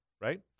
right